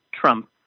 Trump